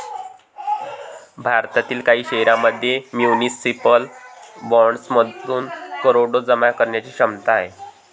भारतातील काही शहरांमध्ये म्युनिसिपल बॉण्ड्समधून करोडो जमा करण्याची क्षमता आहे